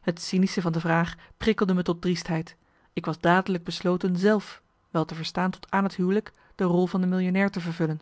het cynische van de vraag prikkelde me tot driestheid ik was dadelijk besloten zelf wel te verstaan tot aan het huwelijk de rol van de millionair te vervullen